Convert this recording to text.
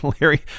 Larry